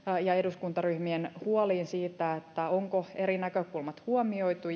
ja eduskuntaryhmien huoliin siitä onko eri näkökulmat huomioitu